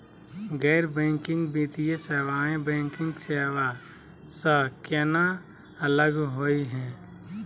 गैर बैंकिंग वित्तीय सेवाएं, बैंकिंग सेवा स केना अलग होई हे?